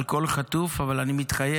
על כל חטוף, אבל אני מתחייב